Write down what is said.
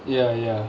ya ya